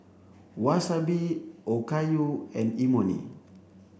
Wasabi Okayu and Imoni